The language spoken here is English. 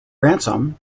ransom